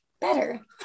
better